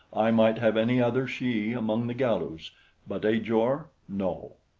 i might have any other she among the galus but ajor no!